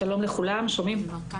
בנשים.